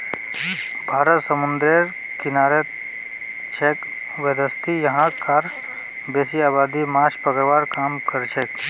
भारत समूंदरेर किनारित छेक वैदसती यहां कार बेसी आबादी माछ पकड़वार काम करछेक